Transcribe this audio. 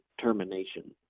termination